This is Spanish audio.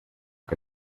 que